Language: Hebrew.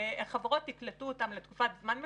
וחברות יקבלו אותם לתקופת זמן מסוימת,